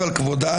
נחוקק.